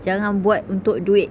jangan buat untuk duit